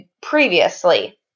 previously